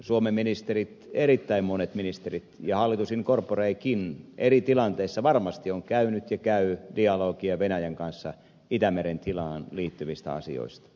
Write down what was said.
suomen ministerit erittäin monet ministerit ja hallitus in corporekin eri tilanteissa varmasti ovat käyneet ja käyvät dialogia venäjän kanssa itämeren tilaan liittyvistä asioista